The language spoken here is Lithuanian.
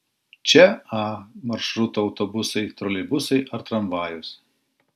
čia a maršruto autobusai troleibusai ar tramvajus